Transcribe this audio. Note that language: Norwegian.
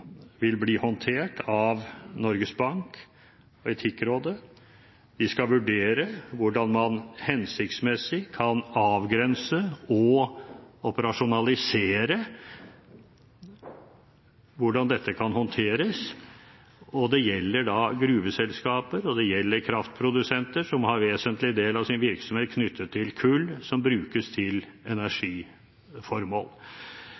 vil bli håndtert av Norges Bank og Etikkrådet. De skal vurdere hvordan man hensiktsmessig kan avgrense og operasjonalisere hvordan dette kan håndteres. Det gjelder da gruveselskaper, og det gjelder kraftprodusenter, som har en vesentlig del av sin virksomhet knyttet til kull som brukes til energiformål.